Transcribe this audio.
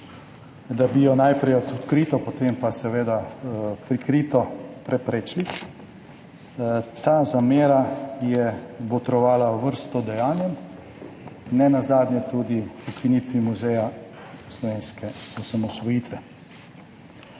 da bi jo najprej odkrito, potem pa seveda prikrito preprečili. Ta zamera je botrovala vrsti dejanj, nenazadnje tudi k ukinitvi Muzeja slovenske osamosvojitve.